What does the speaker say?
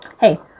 Hey